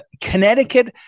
Connecticut